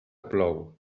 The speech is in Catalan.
plou